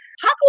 Talk